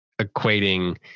equating